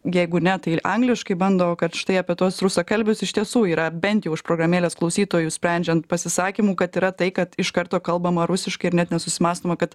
jeigu ne tai angliškai bando kad štai apie tuos rusakalbius iš tiesų yra bent jau iš programėlės klausytojų sprendžiant pasisakymų kad yra tai kad iš karto kalbama rusiškai ir net nesusimąstoma kad